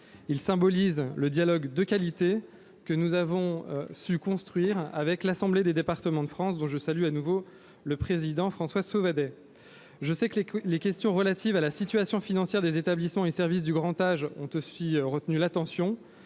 Il symbolise le dialogue de qualité que nous avons su construire avec l'Assemblée des départements de France, dont je salue de nouveau son président, François Sauvadet. Je sais que les questions relatives à la situation financière des établissements et services du grand âge ont aussi retenu votre attention.